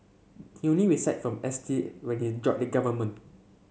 he only resigned from S T when he joined the government